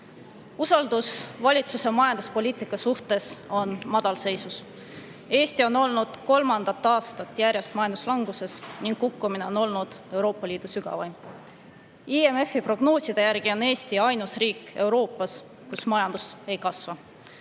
Usaldus valitsuse majanduspoliitika suhtes on madalseisus. Eesti on kolmandat aastat järjest majanduslanguses ning kukkumine on olnud Euroopa Liidu sügavaim. IMF‑i prognooside järgi on Eesti ainus riik Euroopas, kus majandus ei kasva.